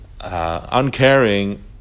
uncaring